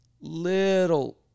little